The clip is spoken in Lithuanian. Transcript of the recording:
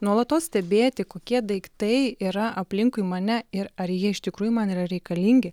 nuolatos stebėti kokie daiktai yra aplinkui mane ir ar jie iš tikrųjų man yra reikalingi